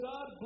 God